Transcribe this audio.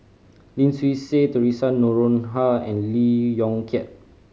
Lim Swee Say Theresa Noronha and Lee Yong Kiat